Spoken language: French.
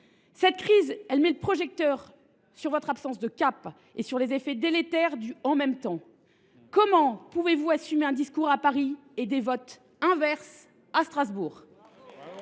Cette crise met un coup de projecteur sur votre absence de cap et sur les effets délétères du « en même temps ». Comment pouvez vous assumer un discours à Paris et des votes inverses à Strasbourg ?